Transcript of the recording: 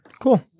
Cool